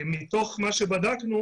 מתוך מה שבדקנו